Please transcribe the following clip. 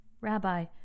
Rabbi